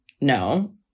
no